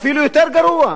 ואפילו יותר גרוע,